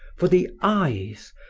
for the eyes,